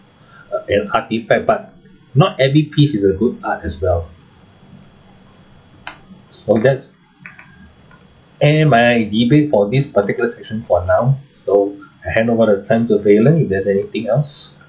uh and artifact but not every piece is a good art as well so that's end my debate for this particular section for now so I hand over the time to valen if there's anything else